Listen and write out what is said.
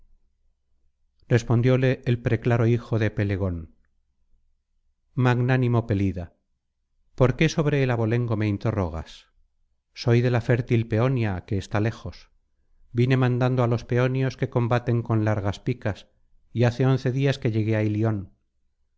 respondióle el preclaro hijo de pelegón magnánimo pelida por qué sobre el abolengo me interrogas soy de la fértil peonía que está lejos vine mandando á los peonios que combaten con largas picas y hace once días que llegué á ilion